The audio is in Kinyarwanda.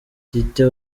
tite